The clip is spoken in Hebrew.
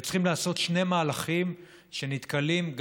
וצריכים לעשות שני מהלכים שנתקלים גם